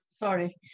Sorry